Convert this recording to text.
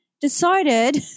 decided